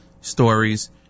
stories